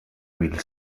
will